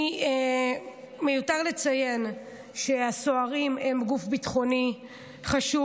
מיותר לציין שהסוהרים הם גוף ביטחוני חשוב.